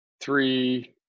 three